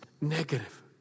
negative